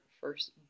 first